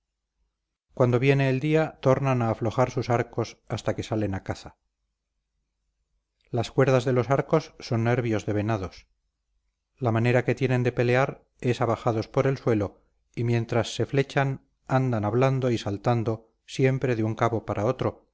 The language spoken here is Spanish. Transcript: cuando viene el día tornan a aflojar sus arcos hasta que salen a caza las cuerdas de los arcos son nervios de venados la manera que tienen de pelear es abajados por el suelo y mientras se flechan andan hablando y saltando siempre de un cabo para otro